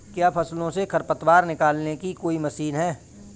क्या फसलों से खरपतवार निकालने की कोई मशीन है?